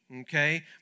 Okay